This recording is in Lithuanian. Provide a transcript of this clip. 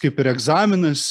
kaip ir egzaminas